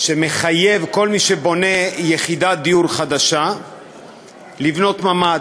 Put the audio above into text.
שמחייב כל מי שבונה יחידת דיור חדשה לבנות ממ"ד.